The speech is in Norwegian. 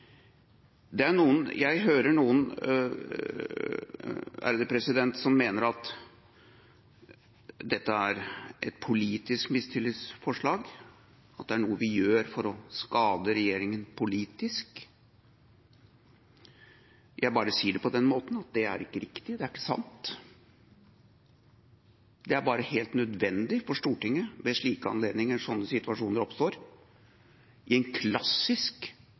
Jeg hører det er noen som mener at dette er et politisk mistillitsforslag, at dette er noe vi gjør for å skade regjeringa politisk. Jeg bare sier det på denne måten: Det er ikke riktig, det er ikke sant, det er bare helt nødvendig for Stortinget ved slike anledninger, når slike situasjoner oppstår – en klassisk